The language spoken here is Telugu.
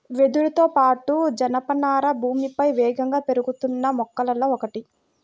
వెదురుతో పాటు, జనపనార భూమిపై వేగంగా పెరుగుతున్న మొక్కలలో ఒకటి